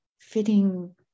fitting